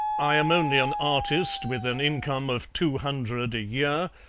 i am only an artist with an income of two hundred a year,